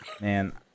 Man